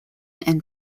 and